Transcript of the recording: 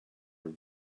were